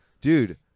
Dude